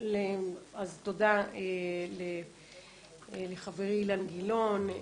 אז תודה לחברי אילן גילאון,